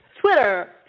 Twitter